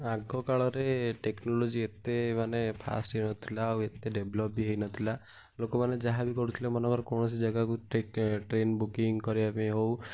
ଆଗକାଳରେ ଟେକ୍ନୋଲୋଜି ଏତେ ମାନେ ଫାଷ୍ଟ ହେଇନଥିଲା ଆଉ ଏତେ ଡେଭଲପ୍ ବି ହେଇନଥିଲା ଲୋକ ମାନେ ଯାହା ବି କରୁଥିଲେ ମନେକର କୌଣସି ଜାଗାକୁ ଟ୍ରେନ୍ ବୁକିଂ କରିବା ପାଇଁ ହଉ